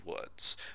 woods